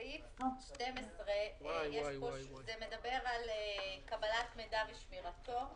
סעיף 12 מדבר על קבלת מידע ושמירתו.